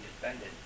defended